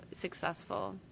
successful